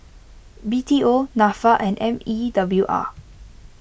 B T O Nafa and M E W R